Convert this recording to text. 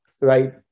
right